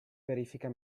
verifica